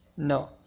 no